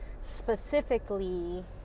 specifically